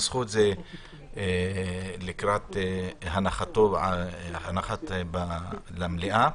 תנסחו את זה לקראת הנחה למליאה.